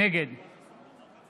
נגד משה טור פז, נגד